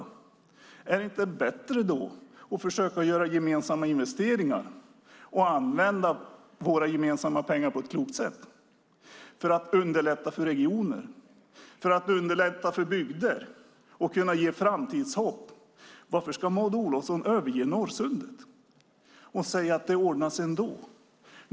Är det då inte bättre att försöka göra gemensamma investeringar och använda våra gemensamma pengar på ett klokt sätt för att underlätta för regioner och bygder och ge framtidshopp? Varför ska Maud Olofsson överge Norrsundet? Hon säger att det ordnar sig ändå.